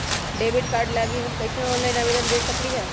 Debit card लागी हम कईसे ऑनलाइन आवेदन दे सकलि ह?